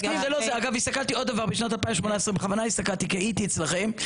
אגב הסתכלתי עוד דבר בשנת 2018 בכוונה הסתכלתי כי הייתי אצלכם,